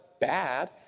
bad